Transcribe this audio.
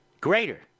Greater